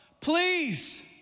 please